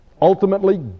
ultimately